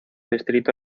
distrito